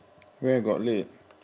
where got late